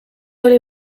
oli